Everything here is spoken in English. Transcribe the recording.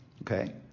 Okay